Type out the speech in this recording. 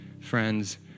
friends